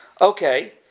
Okay